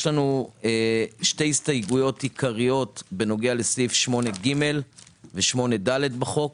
לומר שיש לנו שתי הסתייגויות עיקריות בנוגע לסעיף 8(ג) ו-8(ד) בחוק.